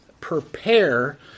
prepare